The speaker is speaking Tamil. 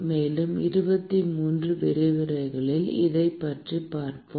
மேலும் 23 விரிவுரைகளில் இதைப் பற்றிப் பார்ப்போம்